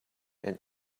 and